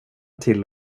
till